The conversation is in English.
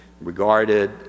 regarded